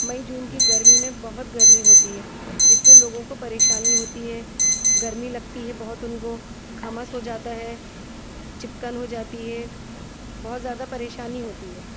مئی جون کی گرمی میں بہت گرمی ہوتی ہے جس سے لوگوں کو پریشانی ہوتی ہے گرمی لگتی ہے بہت تو ان کو گھمس ہو جاتا ہے چکن ہو جاتی ہے بہت زیادہ پریشانی ہوتی ہے